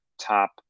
top